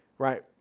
Right